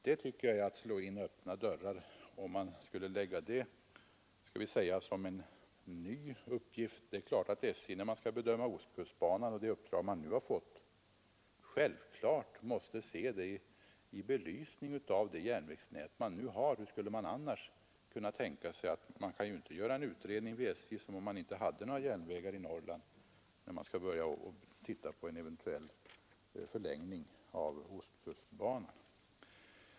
Att lägga till den saken som en ny uppgift tycker jag som sagt är att slå in öppna dörrar. Det är klart att SJ, när man där bedömer ostkustbanan och det uppdrag SJ nu har fått, måste se detta i belysning av det järnvägsnät vi nu har. Hur skulle det annars gå till? Man kan ju inte göra en utredning vid SJ som om man inte hade några järnvägar alls i Norrland, när man skall börja se på frågan om en eventuell förlängning av ostkustbanan.